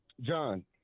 John